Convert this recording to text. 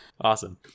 Awesome